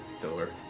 filler